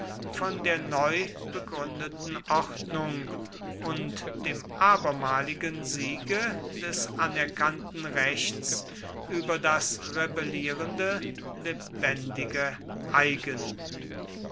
von der neu begründeten ordnung und dem abermaligen siege des anerkannten rechts über das rebellierende lebendige eigen